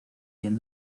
bien